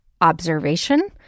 observation